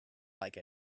like